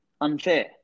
unfair